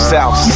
South